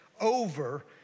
over